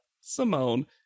simone